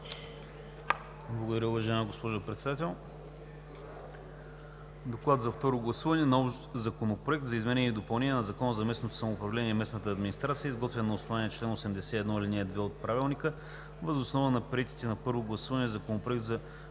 Благодаря, уважаема госпожо Председател. „Доклад за второ гласуване на Общ законопроект за изменение и допълнение на Закона местното самоуправление и местната администрация, изготвен на основание чл. 81, ал. 2 от Правилника въз основа на приетите на първо гласуване Законопроект за